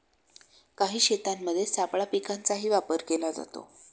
काही शेतांमध्ये सापळा पिकांचाही वापर केला जातो